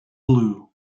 blue